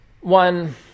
One